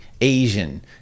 Asian